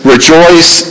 Rejoice